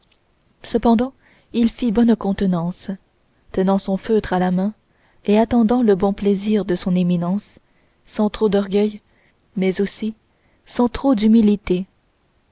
cependant il fit bonne contenance tenant son feutre à la main et attendant le bon plaisir de son éminence sans trop d'orgueil mais aussi sans trop d'humilité